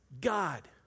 God